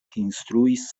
ekinstruis